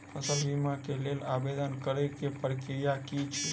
फसल बीमा केँ लेल आवेदन करै केँ प्रक्रिया की छै?